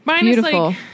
beautiful